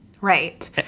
Right